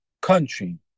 country